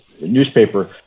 newspaper